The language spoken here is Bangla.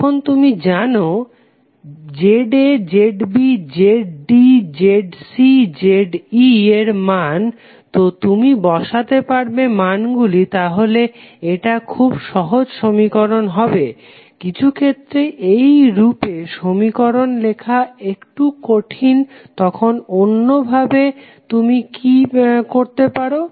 এখন যদি তুমি জানো ZAZBZDZCZE এর মান তো তুমি বসাতে পারবে মানগুলি তাহলে এটা খুব সহজ সমীকরণ হবে কিছুক্ষেত্রে এই রূপে সমীকরণ লেখা একটু কঠিন তখন অন্য ভাবে তুমি কি করতে পারো